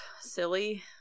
silly